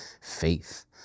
faith